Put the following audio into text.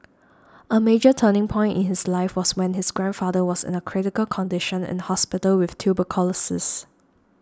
a major turning point in his life was when his grandfather was in a critical condition in hospital with tuberculosis